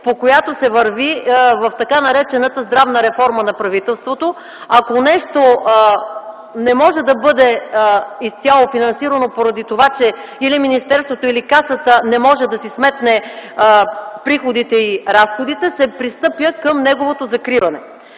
по която се върви в така наречената здравна реформа на правителството. Ако нещо не може да бъде изцяло финансирано поради това, че или министерството, или Касата не може да си сметне приходите и разходите, се пристъпва към неговото закриване.